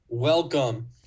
Welcome